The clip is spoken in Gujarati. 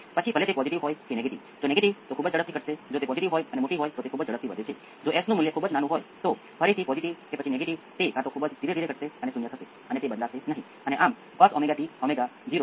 તેથી આપણી પાસે બે કોંસ્ટંટ A શૂન્ય અને phi છે જે આપણે પ્રારંભિક પરિસ્થિતિઓમાંથી શોધી શકીએ છીએ